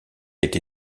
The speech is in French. été